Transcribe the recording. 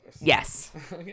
Yes